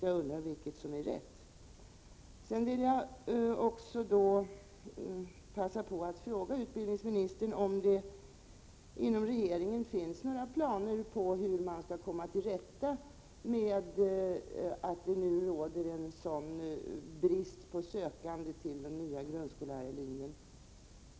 Jag undrar vilken som är rätt. Sedan vill jag passa på att fråga utbildningsministern om det inom regeringen finns ett några planer på hur man skall komma till rätta med den rådande bristen på sökande till den nya grundskollärarlinjen.